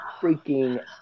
freaking